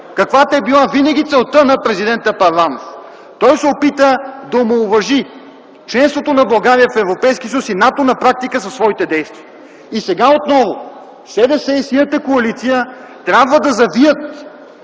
каквато е била винаги целта на президента Първанов. Той се опита да омаловажи членството на България в Европейския съюз и НАТО на практика със своите действия. Сега отново СДС и Синята коалиция трябва да завият